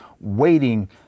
waiting